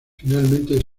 finalmente